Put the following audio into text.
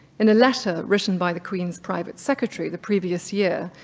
in a letter written by the queen's private secretary the previous year,